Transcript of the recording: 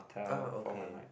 uh okay